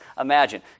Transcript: imagine